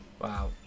Wow